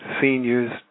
seniors